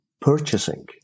purchasing